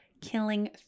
killing